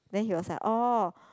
then he was like orh